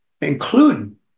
including